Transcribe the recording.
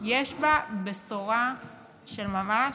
יש בה בשורה של ממש.